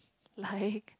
like